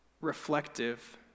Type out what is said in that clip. reflective